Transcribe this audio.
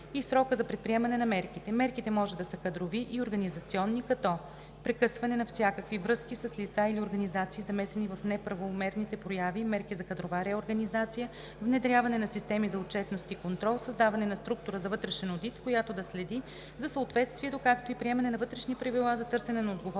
и срока за предприемане на мерките. Мерките може да са кадрови и организационни, като: прекъсване на всякакви връзки с лица или организации, замесени в неправомерните прояви; мерки за кадрова реорганизация; внедряване на системи за отчетност и контрол; създаване на структура за вътрешен одит, която да следи за съответствието, както и приемане на вътрешни правила за търсене на отговорност